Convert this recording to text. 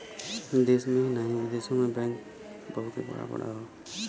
देश में ही नाही बिदेशो मे बैंक बहुते बड़ा बड़ा हौ